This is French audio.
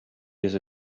des